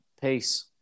peace